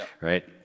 right